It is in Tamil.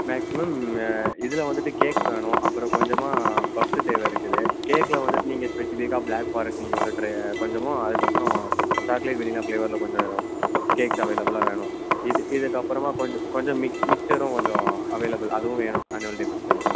மேக்ஸிமம் இதில் வந்துட்டு கேக்ஸ் வேணும் அப்புறம் கொஞ்சமாக பப்ஸ்ஸு தேவை இருக்குது கேக்ல வந்துட்டு நீங்கள் ஸ்பெஷிஃபிகாக பிளாக் ஃபாரஸ்ட் நீங்கள் வந்து ட்ரே கொஞ்சமும் அதுக்கப்புறம் சாக்லெட் வெண்ணிலா ஃபிளேவர்ல கொஞ்சம் கேக் அவைலபுளாக வேணும் இது இதுக்கப்பறமாக கொஞ்ச கொஞ்சம் மிக் மிக்ஸரும் கொஞ்சம் அவைலபுள் அதுவும் வேணும் ஆன்வல் டே ஃபங்க்ஷனுக்கு